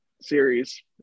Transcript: series